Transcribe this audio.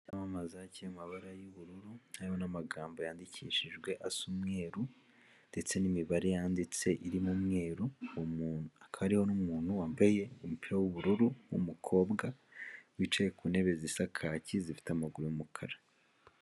Icyapa cyamamaza kiri mu mabara y'ubururu hariho n'amagambo yandikishijwe asa umweru, ndetse n'imibare yanditse iri mu umweru, umuntu akaba ariho n'umuntu wambaye umupira w'ubururu, umukobwa wicaye ku ntebe zisa kaki zifite amaguru y'umukara.